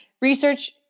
research